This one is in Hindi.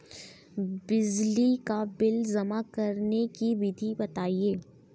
बिजली का बिल जमा करने की विधि बताइए?